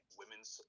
women's